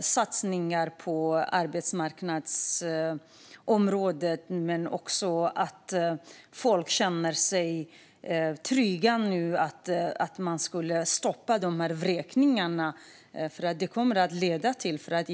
satsningar på arbetsmarknadsområdet men också satsningar för att stoppa vräkningar, som annars skulle ske, vilket gör att människor nu känner sig trygga.